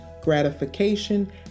gratification